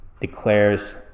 declares